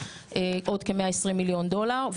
עוד כ-120 מיליון דולר,